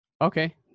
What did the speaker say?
Okay